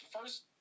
first